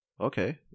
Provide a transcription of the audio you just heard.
Okay